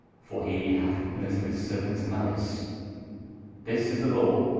for he hath witnesse of his seruants malice this is the law,